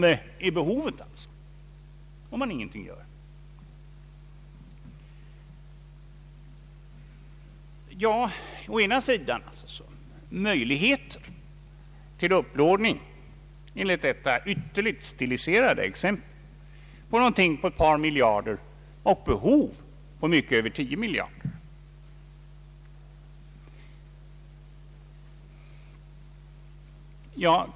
Vi har alltså möjligheter till upplåning, enligt detta ytterligt stiliserade exempel, på omkring ett par miljarder — och behov på mycket över 10 miljarder.